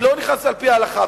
אני לא נכנס על-פי ההלכה,